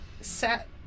set